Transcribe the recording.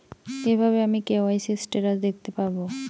কিভাবে আমি KYC status দেখতে পারবো?